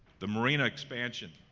the marina expansion.